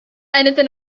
anything